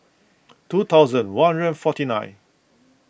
two thousand one hundred forty nine